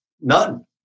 None